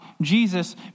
Jesus